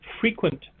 frequent